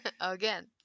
again